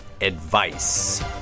Advice